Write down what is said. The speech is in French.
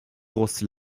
grosses